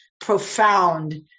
profound